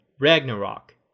ragnarok